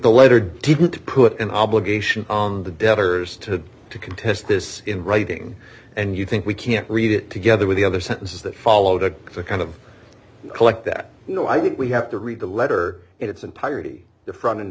the letter didn't put an obligation on the debtors to to contest this in writing and you think we can't read it together with the other sentences that followed a kind of collect that you know i think we have to read the letter in its entirety the front and